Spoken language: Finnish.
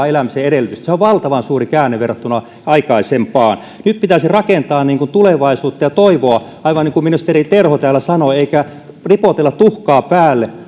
elämisen edellytyksiä sehän on valtavan suuri käänne verrattuna aikaisempaan nyt pitäisi rakentaa tulevaisuutta ja toivoa aivan niin kuin ministeri terho täällä sanoi eikä ripotella tuhkaa päälle